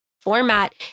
format